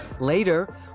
Later